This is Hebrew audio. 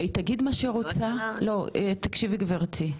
היא תגיד מה שהיא רוצה, לא תקשיבי גברתי,